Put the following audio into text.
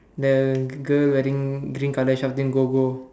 the girl wearing green colour shouting go go